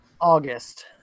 August